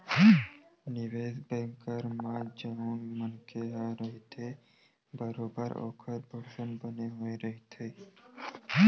निवेस बेंकर म जउन मनखे ह रहिथे बरोबर ओखर परसेंट बने होय रहिथे